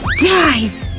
dive!